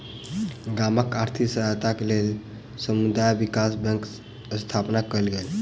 गामक आर्थिक सहायताक लेल समुदाय विकास बैंकक स्थापना कयल गेल